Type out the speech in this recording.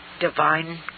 DIVINE